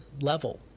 level